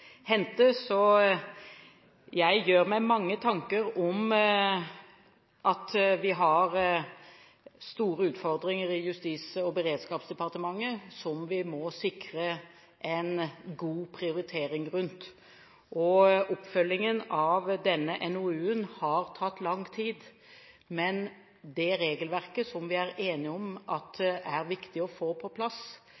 Jeg gjør meg mange tanker om at vi har store utfordringer i Justis- og beredskapsdepartementet som vi må sikre en god prioritering rundt. Oppfølgingen av denne NOU-en har tatt lang tid, men når det gjelder det regelverket som vi er enige om at